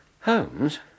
Holmes